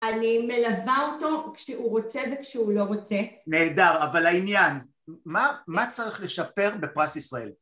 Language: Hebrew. אני מלווה אותו כשהוא רוצה וכשהוא לא רוצה. נהדר, אבל העניין, מה, מה צריך לשפר בפרס ישראל?